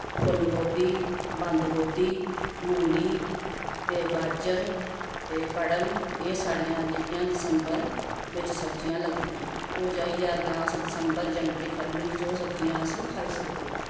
फुल्लगोभी बंदगोभी मूली ते गाजर ते कड़म एह् साढ़ियां जेह्कियां दिसंबर बिच्च सब्ज़ियां लगदियां ओह् जाइयै अग्गें अस दिसंबर जनवरी फरवरी च ओह् सब्ज़ियां अस खाई सकदे